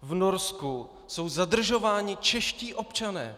V Norsku jsou zadržováni čeští občané!